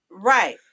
Right